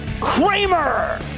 Kramer